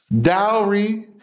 dowry